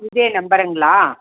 இதே நம்பருங்களா